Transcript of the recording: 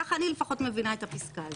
כך אני לפחות מבינה את הפיסקה הזאת.